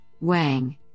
Wang